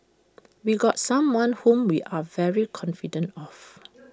we got someone whom we are very confident of